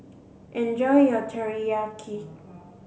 enjoy your Teriyaki